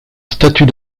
statut